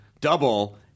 double